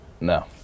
No